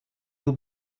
will